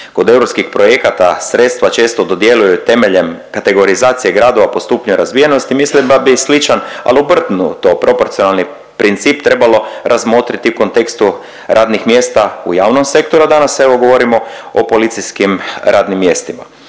kod europskih projekata sredstava često dodjeljuju temeljem kategorizacije gradova po stupnju razvijenosti mislim da bi sličan ali obrnuto proporcionalni princip trebalo razmotriti u kontekstu radnih mjesta u javnom sektoru, a danas evo govorimo o policijskim radnim mjestima.